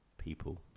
People